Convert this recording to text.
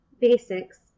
Basics